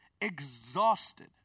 exhausted